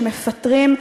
שמפטרים,